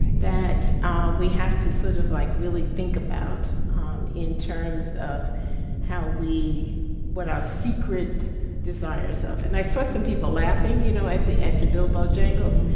that we have to sort of like really think about in terms of how we what our secret desires of. and i saw some people laughing you know, at the end the bill bojangles.